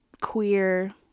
Queer